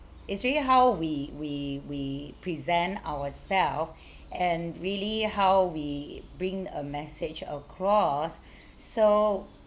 it's really how we we we present ourself and really how we bring a message across so